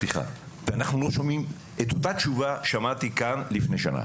ואת אותה התשובה שמעתי כאן לפני שנה